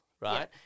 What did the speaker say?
right